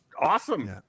awesome